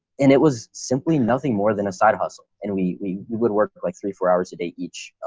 and it was simply nothing more than a side hustle. and we would work like three, four hours a day each.